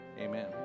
Amen